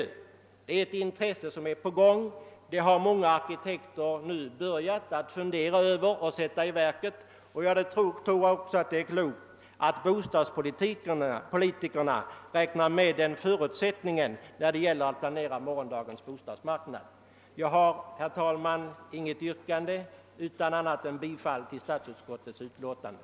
Det är ett intresse som alltmer gör sig gällande. Många arkitekter har nu börjat omsätta dessa tankar i praktiken. Jag tror också att det vore klokt om bostadspolitikerna räknade med denna förutsättning vid planeringen av morgondagens bostadsmarknad. Herr talman! Jag har inget annat yrkande än om bifall till utskottets hemställan.